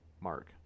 mark